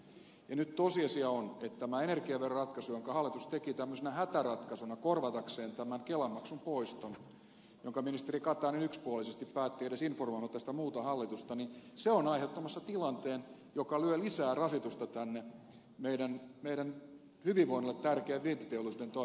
ja nyt tosiasia on että tämä energiaveroratkaisu jonka hallitus teki tällaisena hätäratkaisuna korvatakseen tämän kela maksun poiston jonka ministeri katainen yksipuolisesti päätti eikä edes informoinut tästä muuta hallitusta on aiheuttamassa tilanteen joka lyö lisää rasitusta meidän hyvinvoinnillemme tärkeän vientiteollisuuden toimintaedellytyksiin